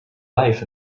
life